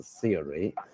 theory